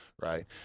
right